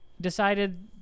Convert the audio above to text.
decided